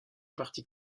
parti